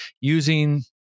using